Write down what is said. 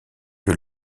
que